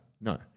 No